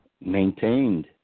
maintained